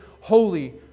holy